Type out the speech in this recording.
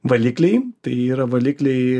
valikliai tai yra valikliai